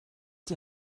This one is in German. die